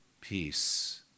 peace